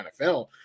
NFL